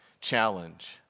challenge